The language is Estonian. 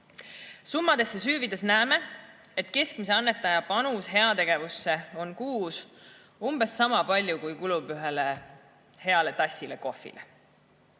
Summadesse süüvides näeme, et keskmise annetaja panus heategevusse on kuus umbes sama palju, kui kulub ühele heale tassile kohvile.